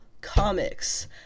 Comics